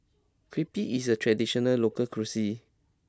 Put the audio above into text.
Crepe is a traditional local cuisine